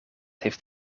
heeft